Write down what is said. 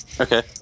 Okay